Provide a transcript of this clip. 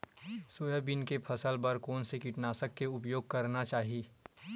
Soybean के फसल बर कोन से कीटनाशक के उपयोग करना चाहि?